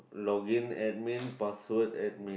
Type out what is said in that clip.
login admin password admin